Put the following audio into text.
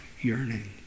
yearning